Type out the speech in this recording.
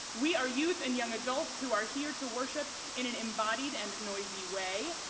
we are youth and young adults who are here to worship in an embodied and noisy way.